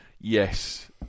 yes